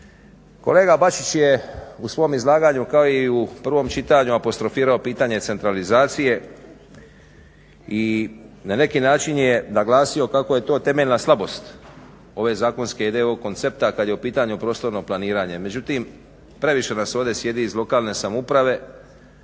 Kolega Bačić je u svom izlaganju kao i u prvom čitanju apostrofirao pitanje centralizacije i na neki način je naglasio kako je to temeljna slabost ove zakonske ideje i ovog koncepta kad je u pitanju prostorno planiranje. Međutim, previše nas ovdje sjedi iz lokalne samouprave,